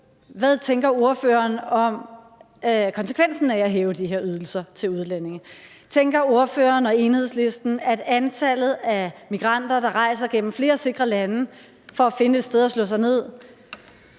Hvad tænker ordføreren om konsekvensen af at hæve de her ydelser til udlændinge? Tænker ordføreren og Enhedslisten, at antallet af migranter, der kommer hertil efter at have rejst gennem flere sikre lande for at finde et sted at slå sig ned,